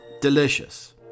Delicious